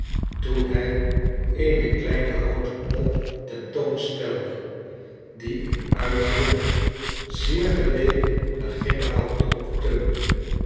toen hij eene kleine houten pop ten toon stelde die in uiterlijk zeer geleek naar generaal tom